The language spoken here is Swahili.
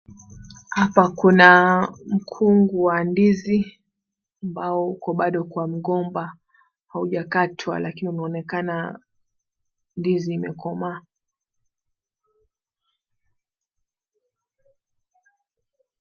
Hapa kuna mkungu wa ndizi ambao bado uko kwa mgomba haujakatwa lakini umeonekana ndizi imekomaa.